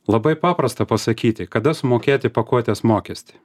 labai paprasta pasakyti kada sumokėti pakuotės mokestį